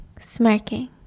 smirking